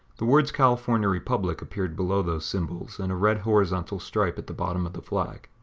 the words california republic appeared below those symbols and a red horizontal stripe at the bottom of the flag.